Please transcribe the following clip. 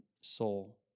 soul